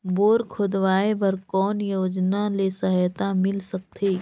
Bore खोदवाय बर कौन योजना ले सहायता मिल सकथे?